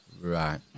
Right